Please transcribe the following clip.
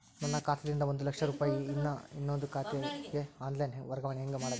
ನನ್ನ ಖಾತಾ ದಿಂದ ಒಂದ ಲಕ್ಷ ರೂಪಾಯಿ ನನ್ನ ಇನ್ನೊಂದು ಖಾತೆಗೆ ಆನ್ ಲೈನ್ ವರ್ಗಾವಣೆ ಹೆಂಗ ಮಾಡಬೇಕು?